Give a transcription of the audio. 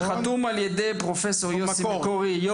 והוא חתום על ידי פרופ' יוסי מקורי,